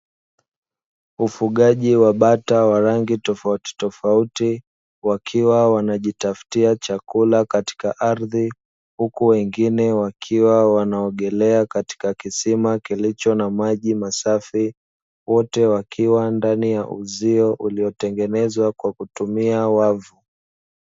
Ufugaji wa bata wa rangi tofautitofauti wakiwa wanajitafutia chakula katika ardhi, huku wengine wakiwa wanaogelea katika kisima kilicho na maji masafi; wote wakiwa ndani ya uzio uliotengenezwa kwa kutumia wavu.